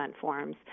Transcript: forms